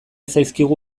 zaizkigu